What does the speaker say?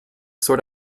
sort